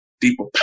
deeper